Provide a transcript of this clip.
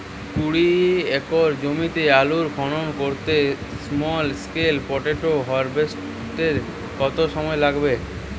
কুড়ি একর জমিতে আলুর খনন করতে স্মল স্কেল পটেটো হারভেস্টারের কত সময় লাগবে?